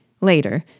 Later